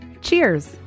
Cheers